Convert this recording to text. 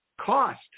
cost